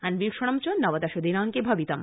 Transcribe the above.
अन्वीक्षणं च नवदश दिनांके भवितम्